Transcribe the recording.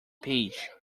page